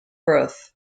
growth